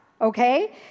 okay